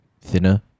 thinner